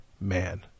man